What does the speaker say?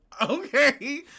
okay